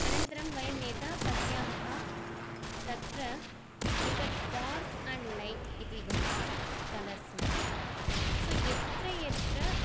अनन्तरं वयं यथा पश्यामः तत्र एकं डार्क् अण्ड् लैट् इति भविष्यति कलर्स्मध्ये सो यत्र यत्र